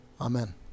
Amen